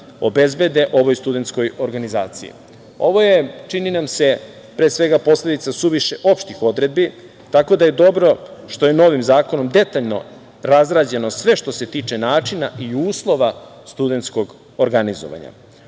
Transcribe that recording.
obezbede ovoj studentskoj organizaciji. Ovo je, čini nam se, pre svega, posledica suviše opštih odredbi tako da je dobro što je novim zakonom detaljno razrađeno sve što se tiče načina i uslova studentskog organizovanja. Ono